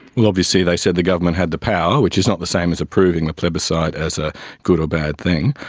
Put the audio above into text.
and obviously they said the government had the power, which is not the same as approving the plebiscite as a good or bad thing.